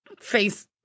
face